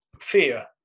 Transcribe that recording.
fear